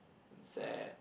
and sad